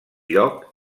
lloc